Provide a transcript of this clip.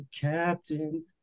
captain